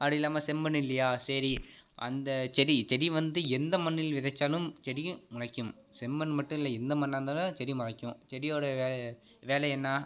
அப்படி இல்லாமல் செம்மண் இல்லையா சரி அந்த செடி செடி வந்து எந்த மண்ணில் விதைத்தாலும் செடியும் முளைக்கும் செம்மண் மட்டும் இல்லை எந்த மண்ணாக இருந்தாலும் செடி முளைக்கும் செடியோட வேலை என்ன